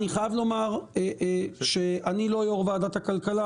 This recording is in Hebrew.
אני חייב לומר שאני לא יושב-ראש ועדת הכלכלה,